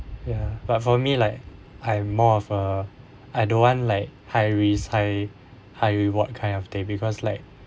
ya but for me like I'm more of a I don't want like high risk high high reward kind of thing because like